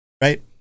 Right